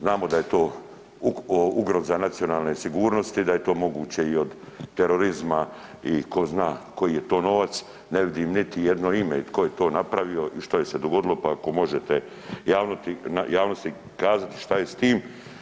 Znamo da je to ugroza nacionalne sigurnosti, da je to moguće i od terorizma i ko zna koji je to novac, ne vidim niti jedno ime i tko je to napravio i što je se dogodilo, pa ako možete javnosti kazati šta je s tim?